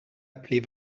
appeler